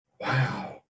Wow